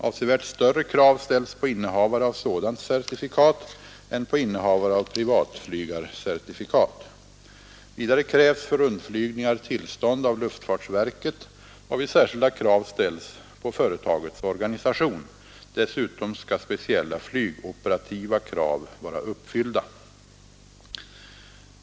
Avsevärt större krav ställs på innehavare av sådant certifikat än på för motorcykel innehavare av privatflygarcertifikat. Vidare krävs för rundflygningar tillstånd av luftfartsverket, varvid särskilda krav ställs på företagets organisation. Dessutom skall speciella flygoperativa krav vara uppfyllda.